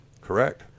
Correct